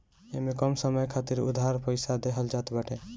इमे कम समय खातिर उधार पईसा देहल जात बाटे